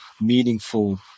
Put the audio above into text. meaningful